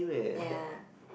ya